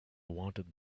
wanted